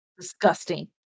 Disgusting